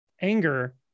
anger